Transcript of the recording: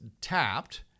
tapped